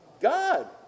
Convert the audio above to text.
God